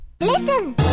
Listen